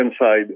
side